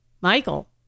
Michael